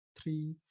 three